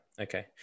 Okay